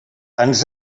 ens